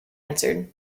answered